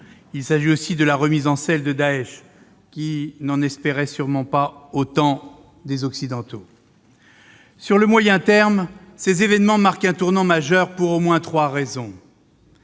Il s'agit aussi de la remise en selle de Daech, qui n'en espérait sûrement pas tant des Occidentaux ... Sur le moyen terme, ces événements marquent un tournant majeur pour trois raisons.